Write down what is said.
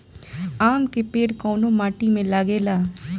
आम के पेड़ कोउन माटी में लागे ला?